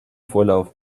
vorlauf